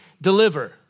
deliver